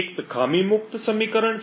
એક ખામી મુક્ત સમીકરણ છે